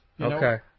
Okay